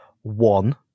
one